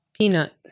Peanut